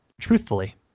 truthfully